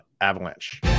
Avalanche